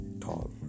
tall